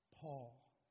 Paul